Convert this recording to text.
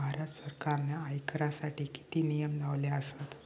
भारत सरकारने आयकरासाठी किती नियम लावले आसत?